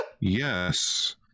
Yes